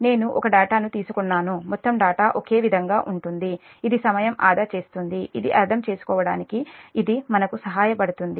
నేను ఒకే డేటాను తీసుకున్నాను మొత్తం డేటా ఒకే విధంగా ఉంటుంది ఇది సమయం ఆదా చేస్తుంది ఇది అర్థం చేసుకోవడానికి ఇది మనకు సహాయపడుతుంది